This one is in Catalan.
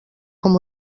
com